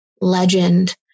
legend